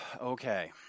okay